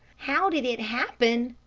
how did it happen!